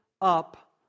up